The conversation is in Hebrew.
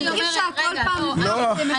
אי אפשר כל פעם לפתוח את זה מחדש.